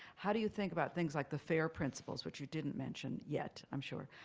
how do you think about things like the fair principles, which you didn't mention yet, i'm sure?